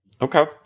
Okay